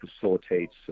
facilitates